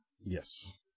Yes